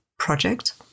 project